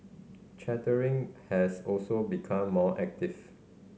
chartering has also become more active